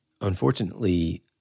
unfortunately